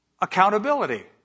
accountability